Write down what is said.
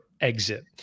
exit